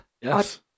Yes